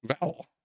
vowel